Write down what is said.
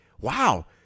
wow